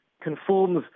conforms